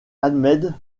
ahmed